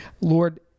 Lord